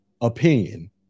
opinion